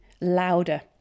louder